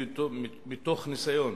מתוך ניסיון,